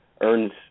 earns